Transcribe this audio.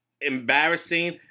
embarrassing